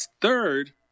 third